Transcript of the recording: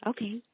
Okay